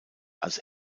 als